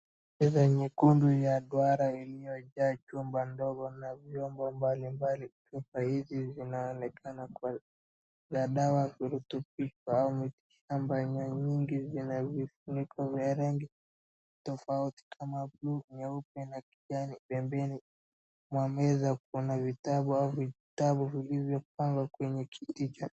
Meza nyekundu ya duara iliyojaa chupa ndogo na vyombo mbali mbali ali, sasa hivi inaonekana kuwa ya dawa zilitupikwa ama za aina nyingi zina vifuniko vya rangi tofauti kama blue nyeupe na kijani, pembeni mwa meza mna vitabu vilivyopangwa kwenye kiti cha.